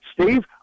Steve